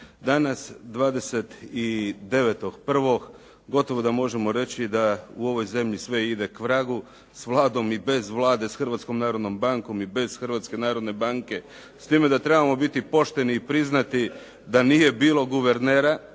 Danas 29.1. gotovo da možemo reći da u ovoj zemlji sve ide k vragu s Vladom i bez Vlade, s Hrvatskom narodnom bankom i bez Hrvatske narodne banke s time da trebamo biti pošteni i priznati da nije bilo guvernera